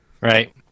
Right